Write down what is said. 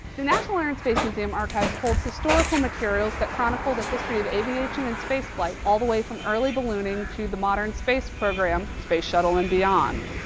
the national air and space museum archives holds historical materials that chronicle the history of aviation and space flight all the way from early ballooning to the modern space program, space shuttle and beyond.